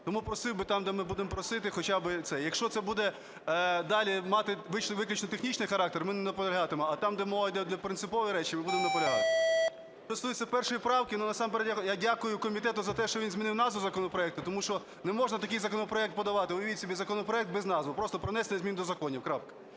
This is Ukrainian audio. Тому просив би там, де ми будемо просити, хоча б це. Якщо це буде далі мати виключно технічний характер, ми не наполягатимемо. А там, де мова йде, де принципові речі, ми будемо наполягати. Що стосується першої правки, ну, насамперед я дякую комітету за те, що він змінив назву законопроекту. Тому що не можна такий законопроект подавати. Уявіть собі, законопроект без назви? Просто про внесення змін до законів, крапка.